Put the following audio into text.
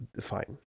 fine